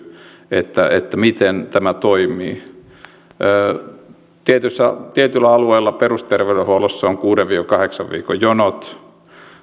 että miten tämä toimii niin tietyllä alueella perusterveydenhuollossa on kuuden viiva kahdeksan viikon jonot